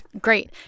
great